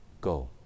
Go